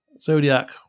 Zodiac